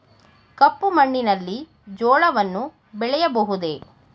ಕಪ್ಪು ಮಣ್ಣಿನಲ್ಲಿ ಜೋಳವನ್ನು ಬೆಳೆಯಬಹುದೇ?